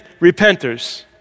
repenters